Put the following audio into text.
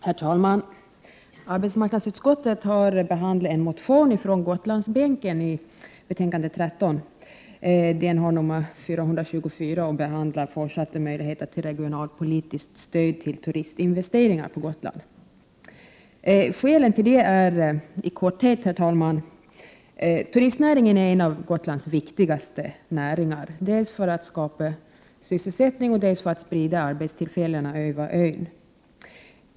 Herr talman! Arbetsmarknadsutskottet har i betänkande 13 behandlat en motion från Gotlandsbänken. Det är motion A424 som behandlar fortsatta möjligheter till regionalpolitiskt stöd till turistinvesteringar på Gotland. Herr talman! I korthet är bakgrunden till denna motion att turistnäringen är en av Gotlands viktigaste näringar, dels för att skapa sysselsättning, dels för att sprida arbetstillfällena över ön.